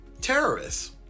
terrorists